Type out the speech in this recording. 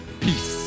Peace